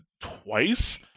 twice